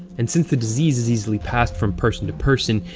and since the disease is easily passed from person to person,